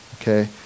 Okay